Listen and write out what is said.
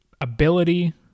ability